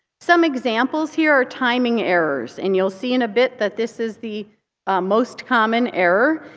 some examples here are timing errors. and you'll see in a bit that this is the most common error.